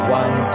one